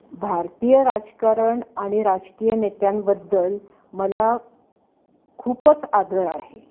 भारतीय राजकारण आणि राजकीय नेत्यांबद्दल मला खूपच आदर आहे